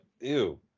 Ew